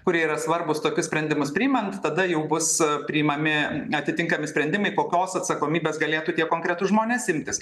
kurie yra svarbūs tokius sprendimus priimant tada jau bus priimami atitinkami sprendimai kokios atsakomybės galėtų tie konkretūs žmonės imtis